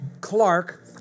Clark